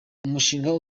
umushinga